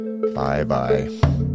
Bye-bye